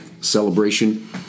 celebration